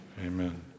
Amen